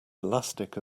elastic